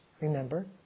remember